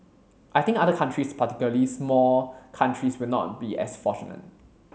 I think other countries particularly small countries will not be as fortunate